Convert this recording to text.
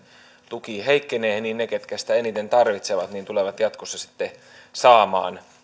tuki heikkenee ne ketkä sitä eniten tarvitsevat tulevat jatkossa sitten saamaan